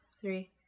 three